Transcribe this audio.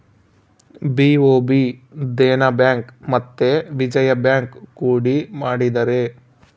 BOB Dena bank ಮತ್ತೆ Vijaya bank ಕೂಡಿ ಮಾಡಿದರೆ